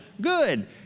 good